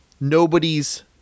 nobody's